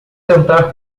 tentar